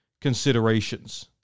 considerations